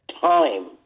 time